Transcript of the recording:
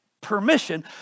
permission